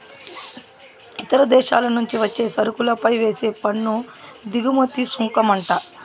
ఇతర దేశాల నుంచి వచ్చే సరుకులపై వేసే పన్ను దిగుమతి సుంకమంట